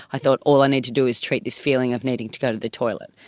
i thought all i need to do is treat this feeling of needing to go to the toilet,